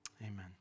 Amen